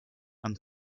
and